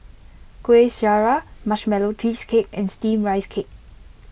Kuih Syara Marshmallow Cheesecake and Steamed Rice Cake